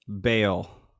bail